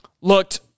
looked